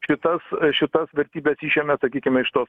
šitas šitas vertybes išėmė sakykime iš tos